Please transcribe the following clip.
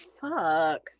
Fuck